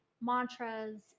mantras